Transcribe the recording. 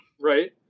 Right